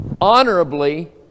honorably